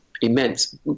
immense